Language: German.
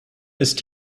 ist